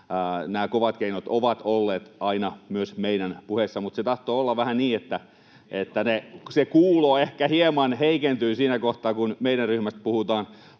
nämä kovat keinot ovat olleet aina myös meidän puheissa, mutta se tahtoo olla vähän niin, että se kuulo ehkä hieman heikentyy siinä kohtaa, kun meidän ryhmästä puhutaan